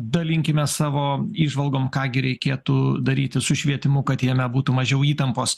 dalinkimės savo įžvalgom ką gi reikėtų daryti su švietimu kad jame būtų mažiau įtampos